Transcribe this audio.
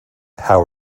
how